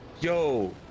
Yo